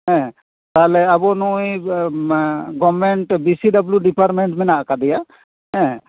ᱛᱟᱞᱦᱮ ᱟᱵᱚ ᱱᱚᱜᱼᱚᱭ government B C W department ᱦᱮᱱᱟᱜ ᱠᱟᱫᱮᱭᱟ ᱦᱮᱸ